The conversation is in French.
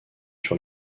sur